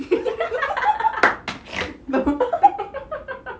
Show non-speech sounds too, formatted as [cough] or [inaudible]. [laughs]